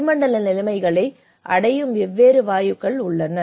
வளிமண்டல நிலைமைகளை அடையும் வெவ்வேறு வாயுக்கள் உள்ளன